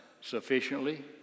sufficiently